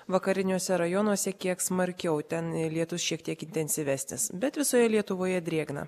vakariniuose rajonuose kiek smarkiau ten lietus šiek tiek intensyvesnis bet visoje lietuvoje drėgna